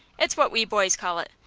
it's what we boys call it.